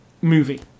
movie